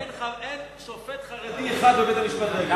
אין שופט חרדי אחד בבית-המשפט העליון.